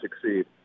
succeed